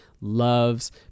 loves